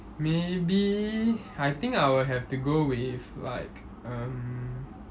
maybe I think I would have to go with like um